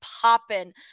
popping